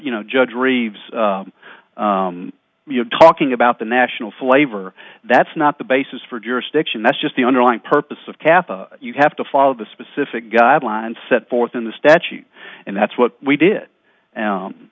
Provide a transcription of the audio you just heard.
you know judge reeves you're talking about the national flavor that's not the basis for jurisdiction that's just the underlying purpose of cafe you'd have to follow the specific guidelines set forth in the statute and that's what we did